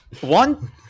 One